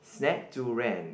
snack to rent